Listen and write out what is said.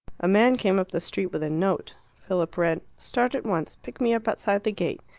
a man came up the street with a note. philip read, start at once. pick me up outside the gate.